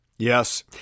Yes